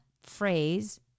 phrase